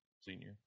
senior